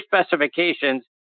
specifications